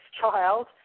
child